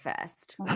first